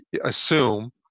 assume